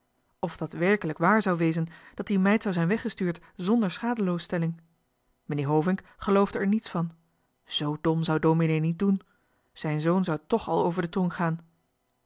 of dat werkelijk waar zou wezen dat die meid zou zijn weggestuurd zonder schadeloosstelling meneer hovink geloofde er niets van z dom zou dominee niet doen zijn zoon zou tch al over de tong gaan